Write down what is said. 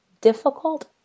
difficult